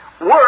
Work